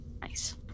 Nice